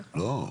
לא.